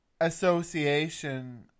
association